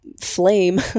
flame